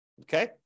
Okay